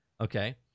okay